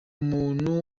muntu